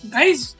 Guys